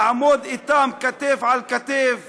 לעמוד אתם כתף אל כתף